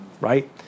right